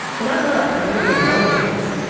but i'm not a political relativist.